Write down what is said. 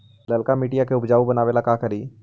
लालका मिट्टियां के उपजाऊ बनावे ला का करी?